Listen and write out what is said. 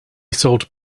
solved